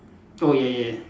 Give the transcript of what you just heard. oh ya ya ya